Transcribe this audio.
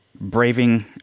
braving